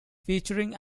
featuring